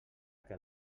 que